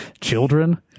Children